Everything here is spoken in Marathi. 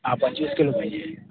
हा पंचवीस किलो पाहिजे